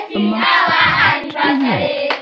a master plan? to do what?